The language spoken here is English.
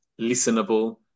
listenable